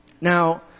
Now